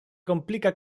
komplika